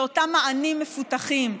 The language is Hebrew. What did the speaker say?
שאותם מענים מפותחים,